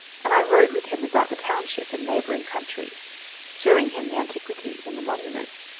and i rode with him about the township and neighbouring country showing him the antiquities and the monuments,